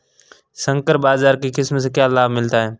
संकर बाजरा की किस्म से क्या लाभ मिलता है?